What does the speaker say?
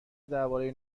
درباره